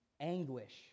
anguish